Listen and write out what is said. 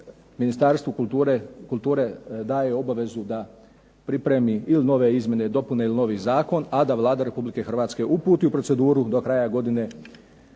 Ministarstvu kulture daje obavezu da pripremi ili nove izmjene i dopune ili novi zakon, a da Vlada Republike Hrvatske uputi u proceduru do kraja godine